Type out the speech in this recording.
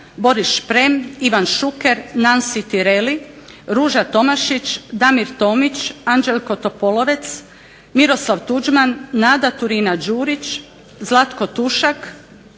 Boris Šprem, Ivan Šuker, Nansi Tireli, Ruža Tomašić, Damir Tomić, Anđelko Topolovec, Miroslav Tuđman, Nada Turina Đurić, Zlatko Tušak,